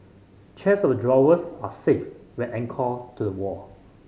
chests of drawers are safe when anchored to the wall